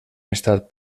estat